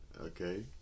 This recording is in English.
Okay